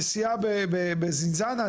נסיעה בזינזנה,